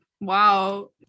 Wow